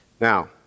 Now